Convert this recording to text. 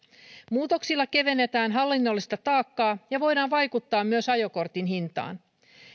muutoksilla kevennetään hallinnollista taakkaa ja voidaan vaikuttaa myös ajokortin hintaan